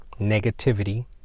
negativity